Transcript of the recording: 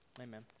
amen